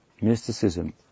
mysticism